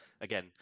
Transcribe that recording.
Again